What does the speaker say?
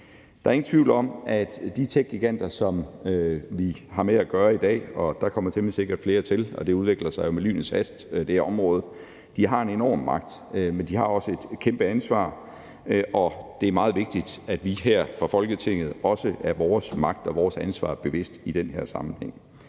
Der er ingen tvivl om, at de techgiganter, som vi har med at gøre i dag, og der kommer temmelig sikkert flere til, for det her område udvikler sig med lynets hast, har en enorm magt, men de har også et kæmpe ansvar, og det er meget vigtigt, at vi her fra Folketinget også er os vores magt og vores ansvar bevidst i den her sammenhæng.